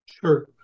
Sure